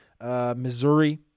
Missouri